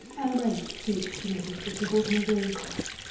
i'll write straight to my sister to hold my very course.